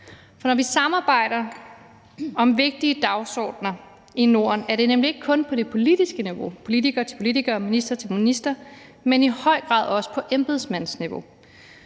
For når vi samarbejder om vigtige dagsordener i Norden, er det nemlig ikke kun på det politiske niveau – politiker til politiker, minister til minister – men i høj grad også på embedsmandsniveau.